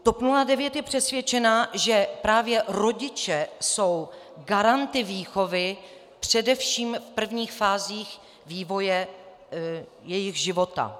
TOP 09 je přesvědčena, že právě rodiče jsou garanty výchovy především v prvních fázích vývoje jejich života.